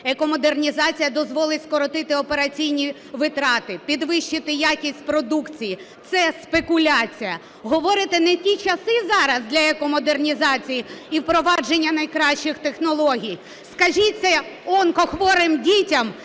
Екомодернізація дозволить скоротити операційні витрати, підвищити якість продукції. Це спекуляція. Говорите, не ті часи зараз для екомодернізації і впровадження найкращих технологій? Скажітьце онкохворим дітям,